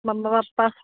ਮੰਮਾ ਪਾਪਾ